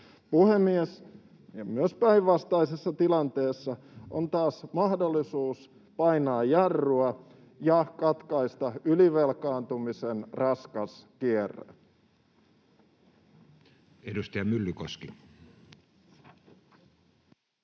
Puhemies! Myös päinvastaisessa tilanteessa on taas mahdollisuus painaa jarrua ja katkaista ylivelkaantumisen raskas kierre. [Speech 18]